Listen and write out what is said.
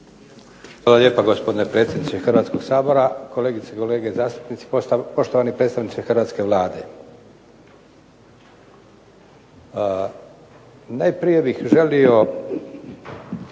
Hvala lijepa gospodine predsjedniče Hrvatskog sabora, kolegice i kolege zastupnici, poštovani predstavniče hrvatske Vlade. Najprije bih želio